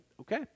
okay